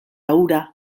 hura